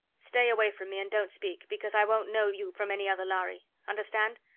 stay away from me and don't speak, because i won't know you from any other lhari. understand?